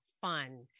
fun